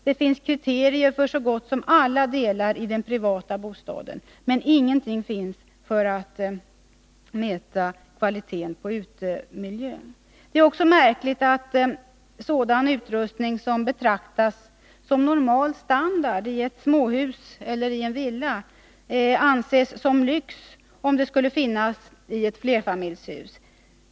Det finns kriterier för så gott som alla delar i den privata bostaden, men ingenting finns för att mäta kvalitén på utemiljön. Det är också märkligt att sådan utrustning som betraktas som normal standard i ett småhus eller i en villa anses som lyx om det skulle finnas i flerfamiljshus.